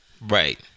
Right